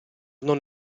non